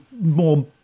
more